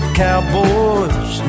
cowboy's